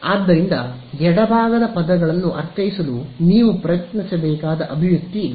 ಆದ್ದರಿಂದ ಎಡಭಾಗದ ಪದಗಳನ್ಮು ಅರ್ಥೈಸಲು ನೀವು ಪ್ರಯತ್ನಿಸಬೇಕಾದ ಅಭಿವ್ಯಕ್ತಿ ಇದು